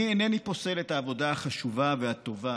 אני אינני פוסל את העבודה החשובה והטובה